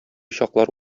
чаклар